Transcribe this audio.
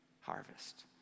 harvest